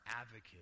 advocate